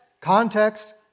context